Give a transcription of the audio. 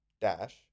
dash